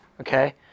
Okay